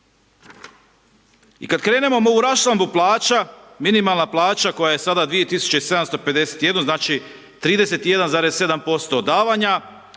I kad krenemo u raščlambu plaća, minimalna plaća koja je sada 2751, znači 31,7% davanja,